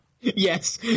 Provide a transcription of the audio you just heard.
Yes